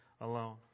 alone